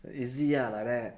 easy ah like that